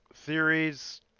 theories